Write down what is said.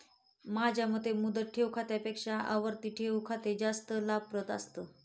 माझ्या मते मुदत ठेव खात्यापेक्षा आवर्ती ठेव खाते जास्त लाभप्रद असतं